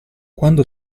quando